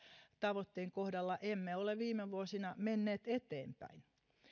tavoitteen kohdalla emme ole viime vuosina menneet eteenpäin